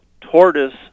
tortoise